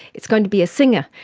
it's going to be a singer.